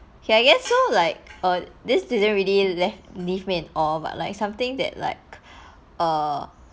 okay I guess so like err this didn't really left leave me in awe but like something that like err